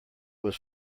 was